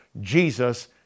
Jesus